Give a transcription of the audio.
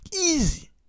easy